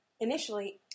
initially